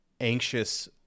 anxious